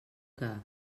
que